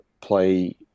play